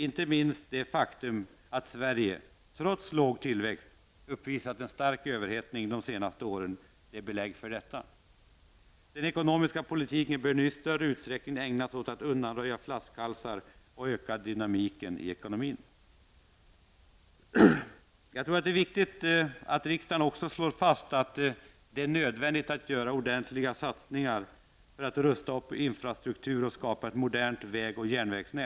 Inte minst det faktum att Sverige trots låg tillväxt uppvisat en stark överhettning de senaste åren är belägg för detta. Den ekonomiska politiken bör nu i större utsträckning ägnas åt att undanröja flaskhalsar och öka dynamiken i ekonomin. Jag tror att det är viktigt att riksdagen nu slår fast att stora satsningar måste göras på att rusta upp infrastrukturen och skapa ett modernt väg och järnvägsnät.